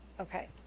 Okay